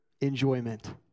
enjoyment